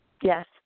Yes